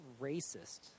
racist